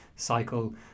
cycle